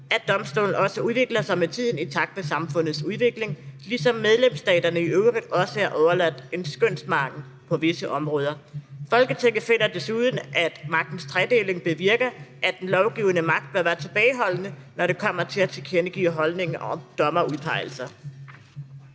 at domstolen også udvikler sig med tiden i takt med samfundets udvikling, ligesom medlemsstaterne i øvrigt også er overladt en skønsmargin på visse områder. Folketinget finder desuden, at magtens tredeling bevirker, at den lovgivende magt bør være tilbageholdende, når det kommer til at tilkendegive holdninger om dommerudpegelser.«